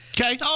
Okay